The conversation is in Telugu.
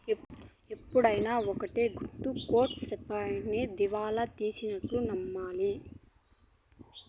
ఎప్పుడైనా ఒక్కటే గుర్తు కోర్ట్ సెప్తేనే దివాళా తీసినట్టు నమ్మాలి